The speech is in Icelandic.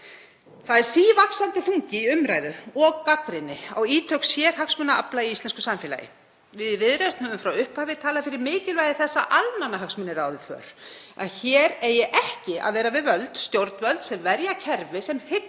Það er sívaxandi þungi í umræðu og gagnrýni á ítök sérhagsmunaafla í íslensku samfélagi. Við í Viðreisn höfum frá upphafi talað fyrir mikilvægi þess að almannahagsmunir ráði för, að hér eigi ekki að vera við völd stjórnvöld sem verja kerfi sem hygla